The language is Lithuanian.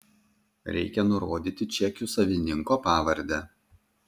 reikia nurodyti čekių savininko pavardę